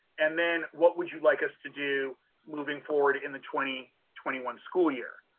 and then what would you like us to do moving forward in the twenty twenty one school year?